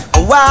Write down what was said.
Wow